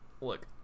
Look